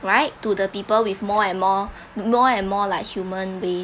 right to the people with more and more more and more like human waste